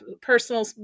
personal